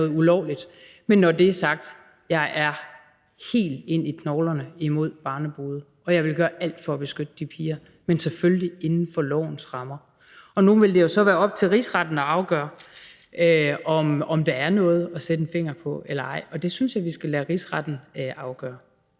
Men når det er sagt, er jeg helt ind i knoglerne imod barnebrude, og jeg vil gøre alt for at beskytte de piger. Men selvfølgelig inden for lovens rammer. Nu vil det jo så være op til Rigsretten at afgøre, om der er noget at sætte en finger på eller ej, og det synes jeg at vi skal lade Rigsretten afgøre.